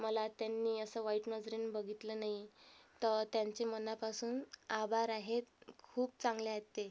मला त्यांनी असं वाईट नजरेने बघितलं नाही तर त्यांचे मनापासून आभार आहेत खूप चांगले आहेत ते